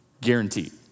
guaranteed